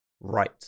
right